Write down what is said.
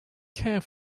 care